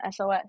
SOS